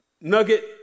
Nugget